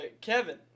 Kevin